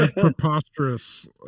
preposterous